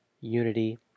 unity